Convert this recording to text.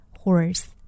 horse